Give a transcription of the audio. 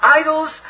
idols